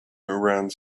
around